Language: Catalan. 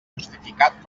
justificat